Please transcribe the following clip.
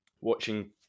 Watching